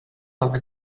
over